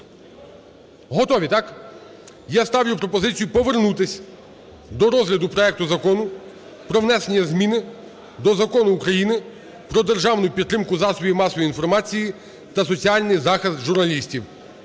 Готові, так? Я ставлю пропозицію повернутись до розгляду проекту Закону про внесення зміни до Закону України "Про державну підтримку засобів масової інформації та соціальний захист журналістів"